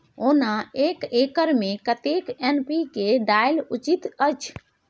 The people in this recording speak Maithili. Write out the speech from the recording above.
ओना एक एकर मे कतेक एन.पी.के डालब उचित अछि?